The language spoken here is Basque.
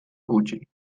gutxi